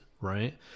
right